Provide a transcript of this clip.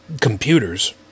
computers